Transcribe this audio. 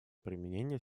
применения